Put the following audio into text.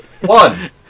One